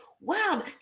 Wow